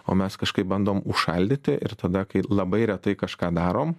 o mes kažkaip bandom užšaldyti ir tada kai labai retai kažką darom